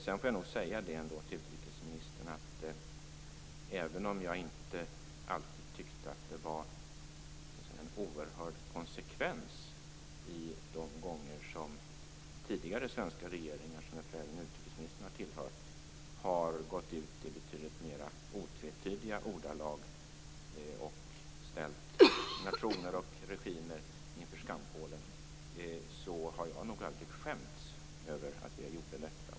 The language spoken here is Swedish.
Sedan får jag nog säga till utrikesministern att även om jag inte alltid tyckt att det har varit en oerhörd konsekvens i de gånger som tidigare svenska regeringar, som jag tror att även utrikesministern har tillhört, har gått ut och ställt nationer och regimer inför skampålen i betydligt mer otvetydiga ordalag, så har jag nog ändå aldrig skämts över att vi har gjort detta.